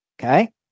Okay